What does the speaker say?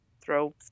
throw